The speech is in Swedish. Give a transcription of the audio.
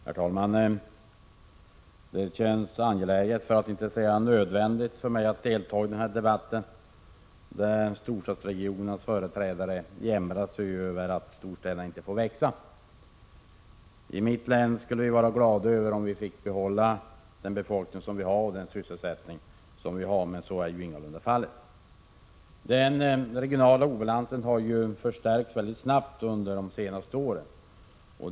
Herr talman! Det känns angeläget, för att inte säga nödvändigt, för mig att delta i den här debatten, där storstadsregionens företrädare jämrat sig över att storstäderna inte får växa. I mitt län skulle vi vara glada om vi fick behålla den befolkning och den sysselsättning som vi har, men så är ju ingalunda fallet. Den regionala obalansen har förstärkts mycket snabbt under de senaste åren.